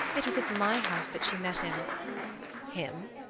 it was at my house that she met him him?